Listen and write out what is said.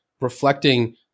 reflecting